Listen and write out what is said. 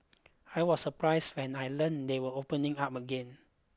I was surprised when I learnt they were opening up again